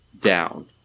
Down